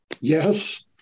Yes